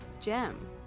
gem